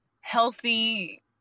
healthy